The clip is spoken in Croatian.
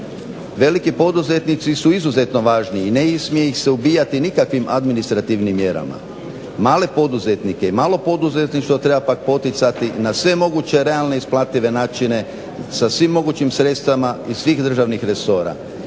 Veliki poduzetnici su izuzetno važni i ne smije se ih ubijati nikakvim administrativnim mjerama. Male poduzetnike i malo poduzetništvo treba pak poticati na sve moguće realne isplative načine sa svim mogućim sredstvima iz svih državnih resora.